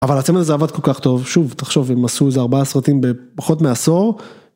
אבל אצלנו זה עבד כל כך טוב. שוב, תחשוב, אם עשו איזה ארבעה סרטים בפחות מעשור.